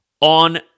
On